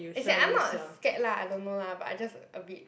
as in I'm not scared lah I don't know lah but I just a bit